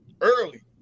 early